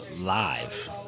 live